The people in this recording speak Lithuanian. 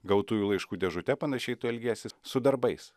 gautųjų laiškų dėžute panašiai tu elgiesi su darbais